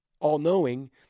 all-knowing